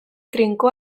trinko